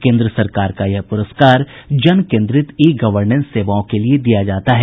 केन्द्र सरकार का यह पुरस्कार जन केन्द्रित ई गवर्नेंस सेवाओं के लिए दिया जाता है